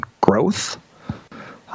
growth